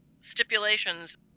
stipulations